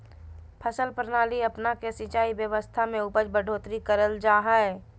फसल प्रणाली अपना के सिंचाई व्यवस्था में उपज बढ़ोतरी करल जा हइ